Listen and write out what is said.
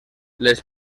les